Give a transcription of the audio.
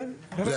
זהו.